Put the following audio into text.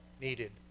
needed